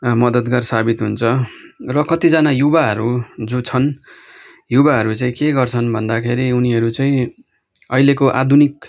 मद्दतगार साबित हुन्छ र कतिजना युवाहरू जो छन् युवाहरू चाहिँ के गर्छन् भन्दाखेरि उनीहरू चाहिँ अहिलेको आधुनिक